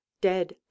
Dead